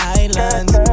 islands